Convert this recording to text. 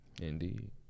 Indeed